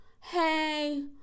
hey